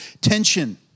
tension